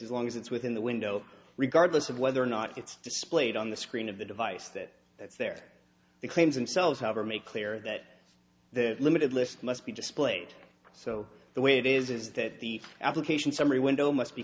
as long as it's within the window regardless of whether or not it's displayed on the screen of the device that that's there the claims and sells however make clear that they're limited list must be displayed so the way it is is that the application summary window must be